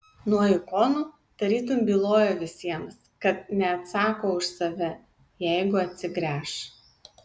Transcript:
nuo ikonų tarytum bylojo visiems kad neatsako už save jeigu atsigręš